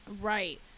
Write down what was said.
Right